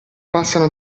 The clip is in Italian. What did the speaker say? passano